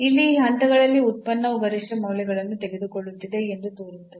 ಇಲ್ಲಿ ಈ ಹಂತಗಳಲ್ಲಿ ಉತ್ಪನ್ನವು ಗರಿಷ್ಠ ಮೌಲ್ಯಗಳನ್ನು ತೆಗೆದುಕೊಳ್ಳುತ್ತಿದೆ ಎಂದು ತೋರುತ್ತದೆ